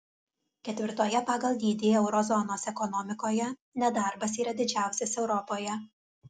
ketvirtoje pagal dydį euro zonos ekonomikoje nedarbas yra didžiausias europoje